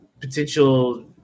potential